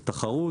תחרות,